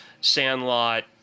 Sandlot